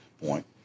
point